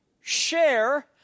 Share